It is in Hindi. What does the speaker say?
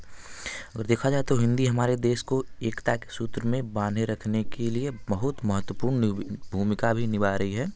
देखा जाए तो हिंदी हमारे देश को एकता के सूत्र में बांधे रखने के लिए बहुत महत्वपूर्ण भूमिका भी निभा रही है